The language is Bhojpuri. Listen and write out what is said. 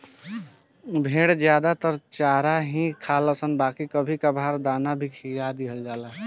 भेड़ ज्यादे त चारा ही खालनशन बाकी कभी कभार दाना भी खिया दिहल जाला